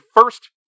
first